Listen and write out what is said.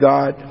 God